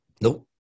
Nope